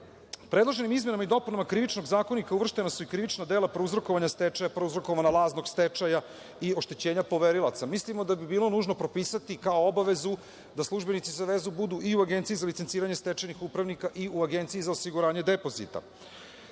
volju. Predloženim izmenama i dopunama Krivičnog zakonika uvrštena su i krivična dela prouzrokovanja stečaja, prouzrokovana lažnog stečaja i oštećenja poverilaca. Mislimo da bi bilo nužno propisati kao obavezu da službenici za vezu budu i u Agenciji za licenciranje stečajnih upravnika i u Agenciji za osiguranje depozita. Tokom